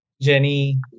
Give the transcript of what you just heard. Jenny